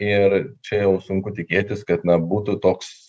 ir čia jau sunku tikėtis kad na būtų toks